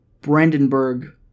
Brandenburg